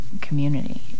community